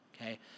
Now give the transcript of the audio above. okay